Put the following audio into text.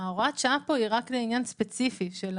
הוראת השעה פה היא רק לעניין ספציפי של